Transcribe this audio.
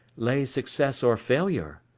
lay success or failure.